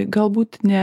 galbūt ne